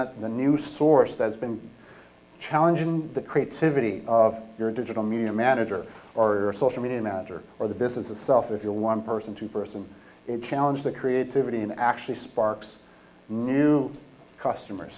that the new source that's been challenging the creativity of your digital media manager or social media manager or the business itself if you're one person to person it challenge the creativity and actually sparks new customers